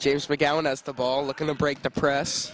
james mcgowan as the ball looking to break the press